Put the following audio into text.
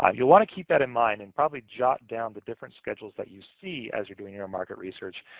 um you'll want to keep that in mind and probably jot down the different schedules that you see as you're doing your market research,